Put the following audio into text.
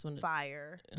fire